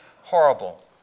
horrible